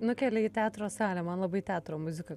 nukelia į teatro salę man labai teatro muzika